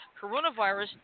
coronavirus